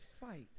fight